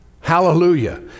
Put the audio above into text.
Hallelujah